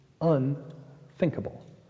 unthinkable